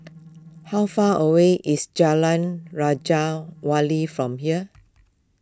how far away is Jalan Raja Wali from here